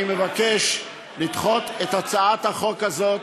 אני מבקש לדחות את הצעת החוק הזאת.